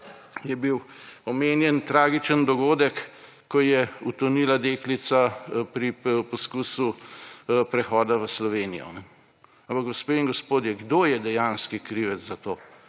je bil omenjen tragičen dogodek, ko je utonila deklica pri poskusu prehoda v Slovenijo. Ampak gospe in gospodje, kdo je dejanski krivec za to?